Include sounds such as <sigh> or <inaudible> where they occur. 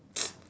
<noise>